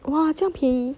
!wah! 这样便宜